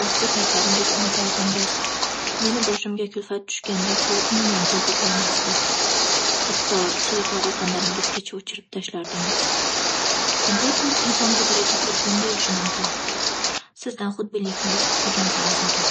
Baxtli paytlaringiz unutardingiz. Meni boshimga kulfat tushgandaku umuman topib bo'lmasdi. Hatto telefon raqamlaringizgacha o'chirib tashlardingiz. Qanday qilib inson bu daraja xudbin bo'lishi mumkin. Sizdan xudbinlikni o'rs-o'rgansa arziydi.